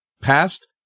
past